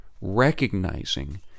recognizing